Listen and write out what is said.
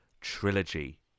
trilogy